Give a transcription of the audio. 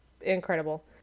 incredible